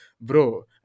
bro